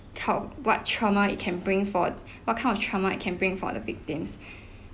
how what trauma it can bring for what kind of trauma can bring for the victims